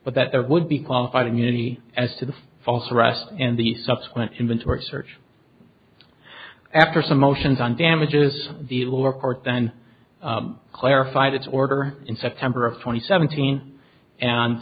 but that there would be qualified immunity as to the false arrest and the subsequent inventory search after some motions on damages the lower court then clarified its order in september of twenty seventeen and